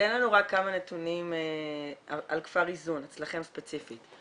תן לנו רק כמה נתונים על כפר איזון אצלכם ספציפית.